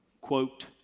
quote